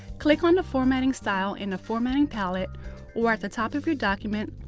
click on the formatting style in the formatting palette or at the top of your document.